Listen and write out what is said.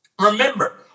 Remember